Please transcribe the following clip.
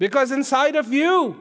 because inside of you